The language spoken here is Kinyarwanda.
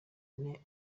ane